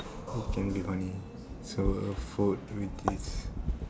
it can be funny so food which is